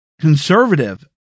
conservative